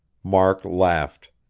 mark laughed.